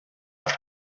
hat